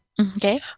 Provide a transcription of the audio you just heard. Okay